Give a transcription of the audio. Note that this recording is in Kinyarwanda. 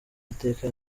mateka